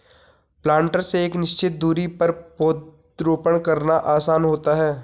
planter से एक निश्चित दुरी पर पौधरोपण करना आसान होता है